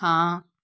ਹਾਂ